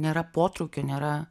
nėra potraukio nėra